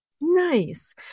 Nice